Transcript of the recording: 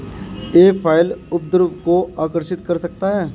एक फ्लाई उपद्रव को आकर्षित कर सकता है?